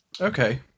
Okay